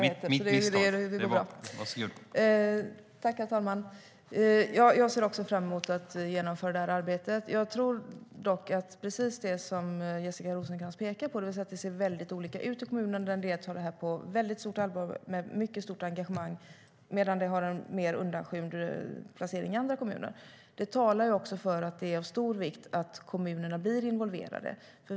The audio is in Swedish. Herr talman! Jag ser också fram emot att genomföra det här arbetet. Precis som Jessica Rosencrantz pekar på ser det väldigt olika ut i kommunerna. En del tar det här på stort allvar och har mycket stort engagemang, medan det har en mer undanskymd placering i andra kommuner. Det talar för att det är av stor vikt att kommunerna blir involverade.